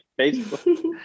Facebook